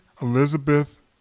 Elizabeth